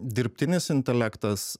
dirbtinis intelektas